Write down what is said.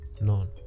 none